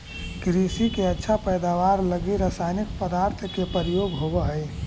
कृषि के अच्छा पैदावार लगी रसायनिक पदार्थ के प्रयोग होवऽ हई